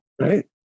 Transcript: Right